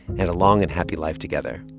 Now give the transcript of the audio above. had a long and happy life together.